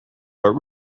but